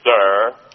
sir